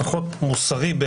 לפחות מוסרי,